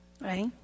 right